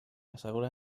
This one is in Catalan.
assegura